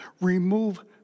remove